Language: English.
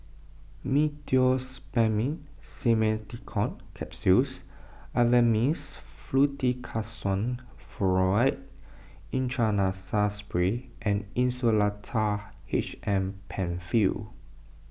Meteospasmyl Simeticone Capsules Avamys Fluticasone Furoate Intranasal Spray and Insulatard H M Penfill